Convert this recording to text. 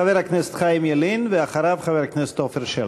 חבר הכנסת חיים ילין, ואחריו, חבר הכנסת עפר שלח.